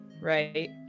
Right